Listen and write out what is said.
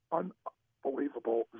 unbelievable